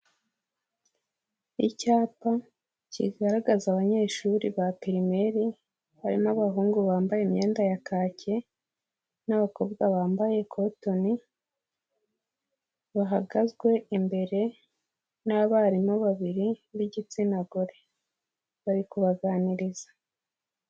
Icyapa kigaragaza abanyeshuri ba pirimeri harimo abahungu bambaye imyenda ya kake n'abakobwa bambaye kotoni bahagazwe imbere n'abarimu babiri b'igitsina gore bari kubaganiriza.